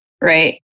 right